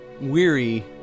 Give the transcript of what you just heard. weary